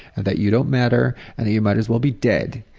that you don't matter and you might as well be dead,